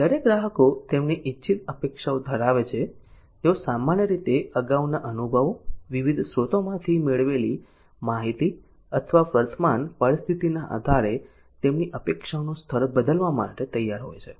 જ્યારે ગ્રાહકો તેમની ઇચ્છિત અપેક્ષાઓ ધરાવે છે તેઓ સામાન્ય રીતે અગાઉના અનુભવો વિવિધ સ્રોતોમાંથી મેળવેલી માહિતી અથવા વર્તમાન પરિસ્થિતિના આધારે તેમની અપેક્ષાઓનું સ્તર બદલવા માટે તૈયાર હોય છે